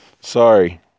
sorry